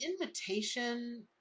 invitation